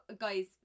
guys